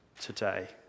today